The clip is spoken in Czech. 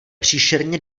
příšerně